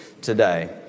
today